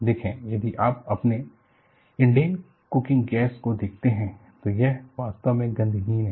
देखें यदि आप अपने इंडेन कुकिंग गैस को देखते हैं तो यह वास्तव में गंधहीन है